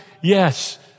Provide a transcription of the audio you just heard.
Yes